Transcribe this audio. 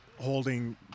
holding